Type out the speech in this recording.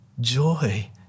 Joy